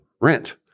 rent